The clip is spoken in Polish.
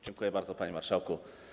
Dziękuję bardzo, panie marszałku.